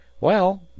Well